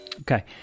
Okay